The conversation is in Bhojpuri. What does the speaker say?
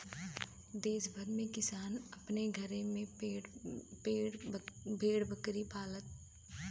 देस भर में किसान अपने घरे में भेड़ बकरी पालला